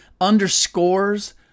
underscores